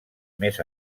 més